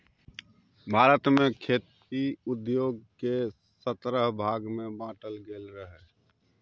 भारत मे खेती उद्योग केँ सतरह भाग मे बाँटल गेल रहय